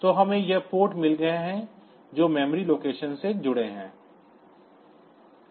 तो हमें ये पोर्ट मिल गए हैं जो मेमोरी लोकेशन से जुड़े हैं